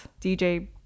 dj